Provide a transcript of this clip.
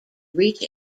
reach